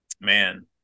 man